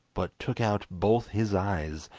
but took out both his eyes,